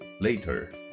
Later